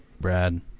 Brad